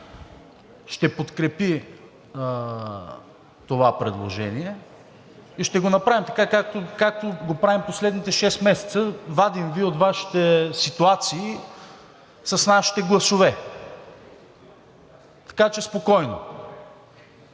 ще подкрепи това предложение. Ще го направим така, както го правим в последните шест месеца – вадим Ви от Вашите ситуации с нашите гласове, така че спокойно.